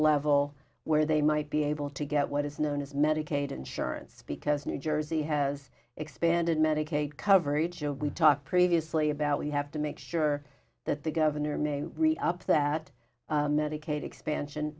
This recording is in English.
level where they might be able to get what is known as medicaid insurance because new jersey has expanded medicaid coverage of we talked previously about we have to make sure that the governor may read up that medicaid expansion